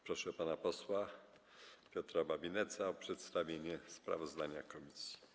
Proszę pana posła Piotra Babinetza o przedstawienie sprawozdania komisji.